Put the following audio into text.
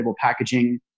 packaging